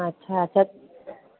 अच्छा त